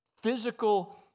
physical